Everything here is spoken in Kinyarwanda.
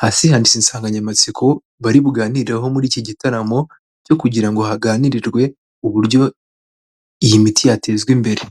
Hasi handitse insanganyamatsiko bari buganireho muri iki gitaramo cyo kugira ngo haganirirwe uburyo iyi miti yatezwa imbere.